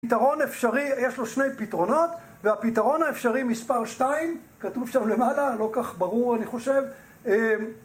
יש לו שני פתרונות, והפתרון האפשרי מספר 2, כתוב שם למעלה, לא כך ברור אני חושב אה...